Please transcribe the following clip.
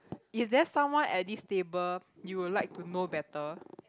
is there someone at this table you would like to know better